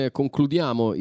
concludiamo